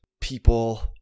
people